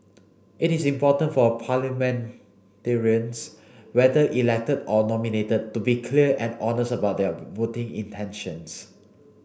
it is important for parliamentarians whether elected or nominated to be clear and honest about their voting intentions